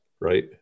right